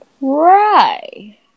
Right